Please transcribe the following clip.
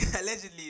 allegedly